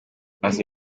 maze